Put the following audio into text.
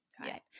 right